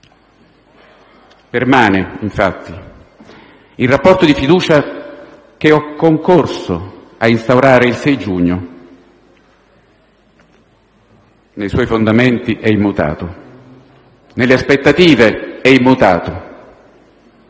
Permane infatti il rapporto di fiducia che ho concorso a instaurare il 6 giugno: nei suoi fondamenti è immutato, nelle aspettative è immutato.